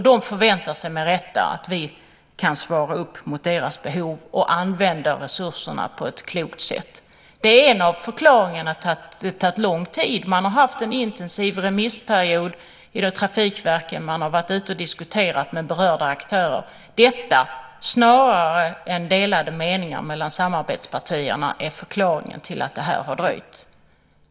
De förväntar sig, med rätta, att vi kan svara upp mot deras behov och använda resurserna på ett klokt sätt. Det är en av förklaringarna till att det har tagit lång tid. Man har haft en intensiv remissperiod i trafikverken. Man har varit ute och diskuterat med berörda aktörer. Detta, snarare än delade meningar mellan samarbetspartierna, är förklaringen till att det här har dröjt.